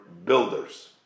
builders